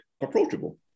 approachable